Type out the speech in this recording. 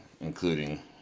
including